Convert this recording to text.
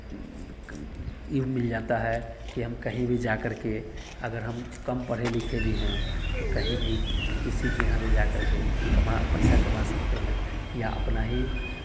इभ मिल जाता है कि हम कहीं भी जा करके अगर हम कम पढ़े लिखे भी हैं तो कहीं भी किसी के यहाँ भी जा करके कमा पैसा कमा सकते हैं या अपना ही